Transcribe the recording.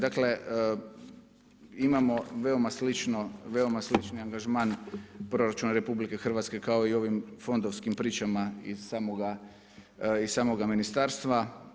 Dakle imamo veoma sličan angažman proračuna RH kao i ovim fondovskim pričama iz samoga ministarstva.